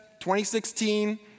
2016